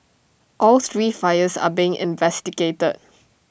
all three fires are being investigated